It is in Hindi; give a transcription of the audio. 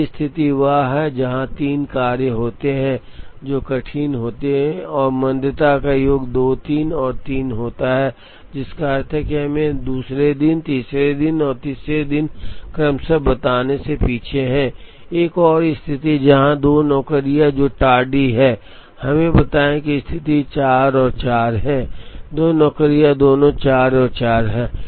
एक स्थिति जहां 3 कार्य होते हैं जो कठिन होते हैं और मंदता का योग 2 3 और 3 होता है जिसका अर्थ है कि वे हमें 2 दिन 3 दिन और 3 दिन क्रमशः बताने से पीछे हैं एक और स्थिति है जहां 2 नौकरियां जो टार्डी हैं हमें बताएं कि स्थिति 4 और 4 है 2 नौकरियां दोनों 4 और 4 हैं